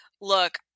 look